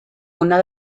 una